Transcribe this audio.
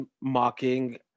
mocking